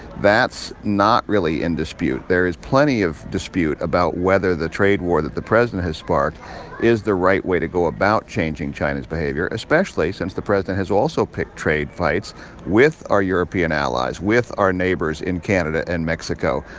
that's not really in dispute. there is plenty of dispute about whether the trade war that the president has sparked is the right way to go about changing china's behavior especially since the president has also picked trade fights with our european allies, with our neighbors in canada and mexico,